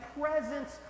presence